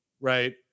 right